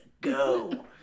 go